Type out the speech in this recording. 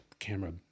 Camera